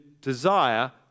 desire